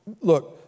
look